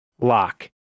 lock